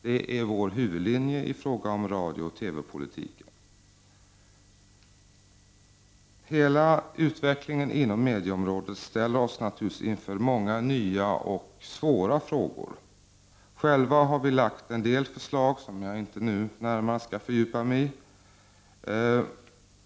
Det är vår huvudlinje i fråga om radiooch TV-politiken. Hela utvecklingen inom medieområdet ställer oss naturligtvis inför många nya och svåra frågor. Själva har vi lagt fram en del förslag som jag inte nu närmare skall fördjupa mig i.